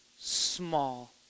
Small